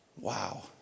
Wow